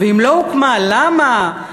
ואם לא הוקמה, למה?